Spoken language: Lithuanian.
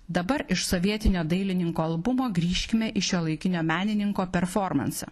dabar iš sovietinio dailininko albumo grįžkime į šiuolaikinio menininko performansą